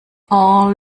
all